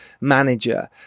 manager